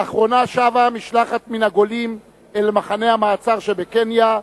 לאחרונה שבה משלחת מן הגולים אל מחנה המעצר שבקניה,